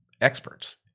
experts